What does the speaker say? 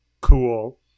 Cool